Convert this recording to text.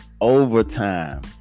overtime